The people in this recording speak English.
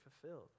fulfilled